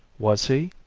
was he?